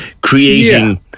creating